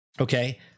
okay